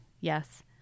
Yes